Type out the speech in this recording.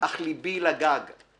אך ליבי לגג/